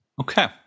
Okay